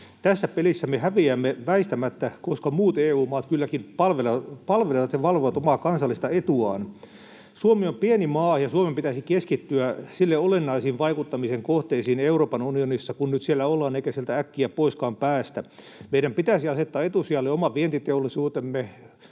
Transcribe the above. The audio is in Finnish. Tässä pelissä me häviämme väistämättä, koska muut EU-maat kylläkin palvelevat ja valvovat omaa kansallista etuaan. Suomi on pieni maa, ja Suomen pitäisi keskittyä sille olennaisiin vaikuttamisen kohteisiin Euroopan unionissa, kun nyt siellä ollaan eikä sieltä äkkiä poiskaan päästä. Meidän pitäisi asettaa etusijalle oma vientiteollisuutemme,